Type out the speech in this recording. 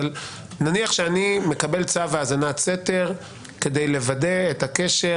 אבל נניח שאני מקבל צו האזנת סתר כדי לוודא את הקשר